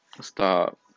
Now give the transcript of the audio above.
Stop